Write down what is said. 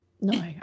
No